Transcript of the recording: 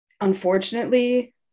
unfortunately